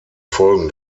folgen